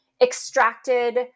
extracted